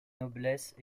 noblesse